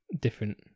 different